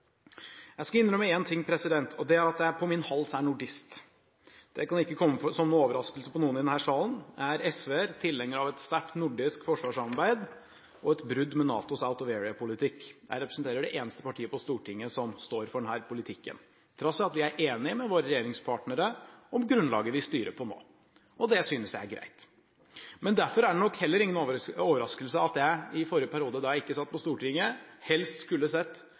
Jeg skal innrømme én ting, og det er at jeg på min hals er nordist. Det kan ikke komme som noen overraskelse på noen i denne salen, jeg er SV-er og tilhenger av et sterkt nordisk forsvarssamarbeid og et brudd med NATOs out of area-politikk. Jeg representerer det eneste partiet på Stortinget som står for denne politikken, på tross av at vi er enige med våre forretningspartnere om grunnlaget vi styrer på nå. Og det synes jeg er greit. Derfor er det nok heller ingen overraskelse at jeg – i forrige periode da jeg ikke satt på Stortinget – helst skulle sett